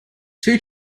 two